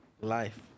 Life